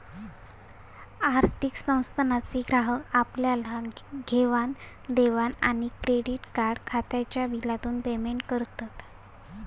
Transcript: आर्थिक संस्थानांचे ग्राहक आपल्या घेवाण देवाण किंवा क्रेडीट कार्ड खात्याच्या बिलातून पेमेंट करत